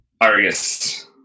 Argus